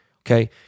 okay